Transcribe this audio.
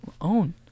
own